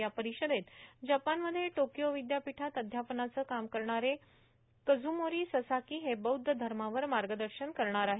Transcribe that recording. या परिषदेत जपानमध्ये टोकियो विद्यापीठात अध्यापनाचे काम करणारे कझ्रमोरी ससाकी हे बौद्ध धर्मावर मार्गदर्शन करणार आहेत